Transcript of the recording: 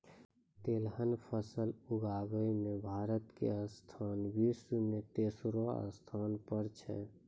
तिलहन फसल उगाबै मॅ भारत के स्थान विश्व मॅ तेसरो स्थान पर छै